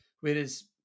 whereas